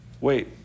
Wait